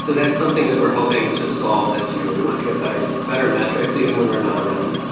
so that's something that we're hoping to solve this year. we want to get better better metrics, even when we're not around,